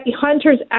Hunter's